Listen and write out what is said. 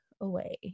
away